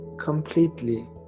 Completely